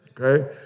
Okay